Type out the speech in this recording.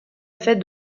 fait